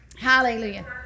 Hallelujah